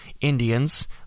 Indians